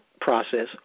process